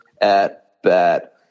at-bat